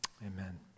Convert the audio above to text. Amen